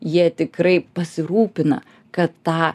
jie tikrai pasirūpina kad tą